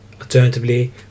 Alternatively